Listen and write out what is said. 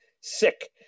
sick